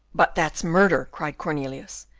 but that's murder, cried cornelius,